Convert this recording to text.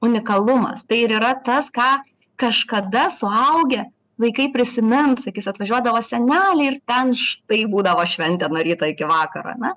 unikalumas tai ir yra tas ką kažkada suaugę vaikai prisimins sakys atvažiuodavo seneliai ir ten štai būdavo šventė nuo ryto iki vakaro ane